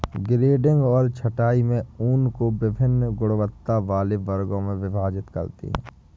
grading और छँटाई में ऊन को वभिन्न गुणवत्ता वाले वर्गों में विभाजित करते हैं